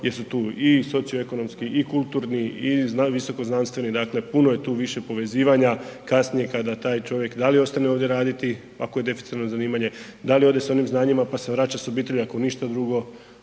jer su tu i socioekonomski i kulturni i visokoznanstveni, dakle puno je tu više povezivanja, kasnije kada taj čovjek da li ostane ovdje raditi ako je deficitarno zanimanje, da li ode s onim znanjima, pa se vraća s obitelji, ako ništa drugo